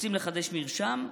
רוצים לחדש מרשם?